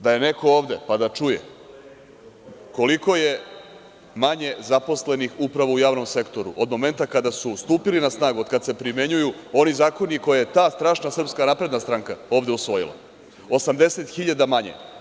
Da je neko ovde, pa da čuje koliko je manje zaposlenih upravo u javnom sektoru od momenta kada su stupili na snagu, od kada se primenjuju oni zakoni koje je ta strašna SNS ovde usvojila, 80.000 manje.